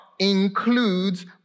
Includes